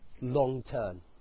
long-term